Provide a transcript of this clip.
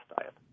diet